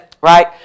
right